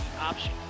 option